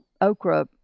okra